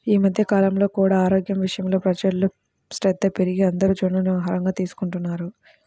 ఈ మధ్య కాలంలో కూడా ఆరోగ్యం విషయంలో ప్రజల్లో శ్రద్ధ పెరిగి అందరూ జొన్నలను ఆహారంగా తీసుకుంటున్నారు